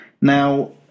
Now